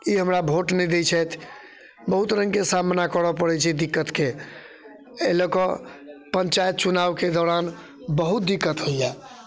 ई हमरा भोट नहि दै छथि बहुत रङ्गके सामना करऽ पड़ैत छै दिक्कतके एहि लऽ कऽ पञ्चायत चुनाओके दौरान बहुत दिक्कत होइया